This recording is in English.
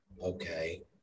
okay